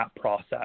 process